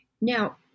Now